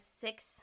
six